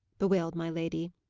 bewailed my lady.